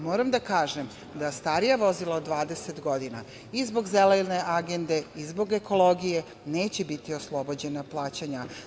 Moram da kažem da starija vozila od 20 godina i zbog Zelene agende i zbog ekologije neće biti oslobođena plaćanja.